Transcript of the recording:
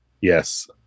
Yes